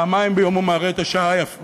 פעמיים ביום הוא מראה נכון